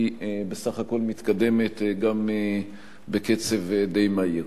היא בסך הכול מתקדמת גם בקצב די מהיר.